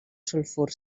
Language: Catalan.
sulfur